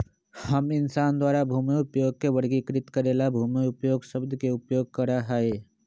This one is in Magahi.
हम इंसान द्वारा भूमि उपयोग के वर्गीकृत करे ला भूमि उपयोग शब्द के उपयोग करा हई